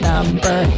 Number